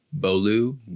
Bolu